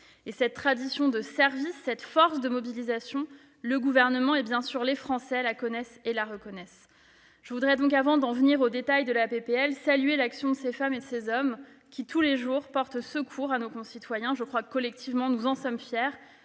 Cette tradition de service, cette force de mobilisation, le Gouvernement et les Français les connaissent et les reconnaissent. Je voudrais, avant d'en venir au détail de la proposition de loi, saluer l'action de ces femmes et de ces hommes, qui, tous les jours, portent secours à nos concitoyens. Je crois que, collectivement, nous pouvons en